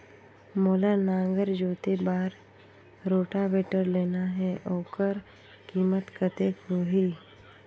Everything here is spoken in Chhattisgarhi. मोला नागर जोते बार रोटावेटर लेना हे ओकर कीमत कतेक होही?